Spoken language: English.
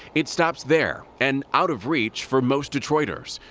it stops there and out of reach for most detroiters.